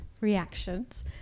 reactions